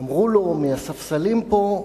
אמרו לו מהספסלים פה: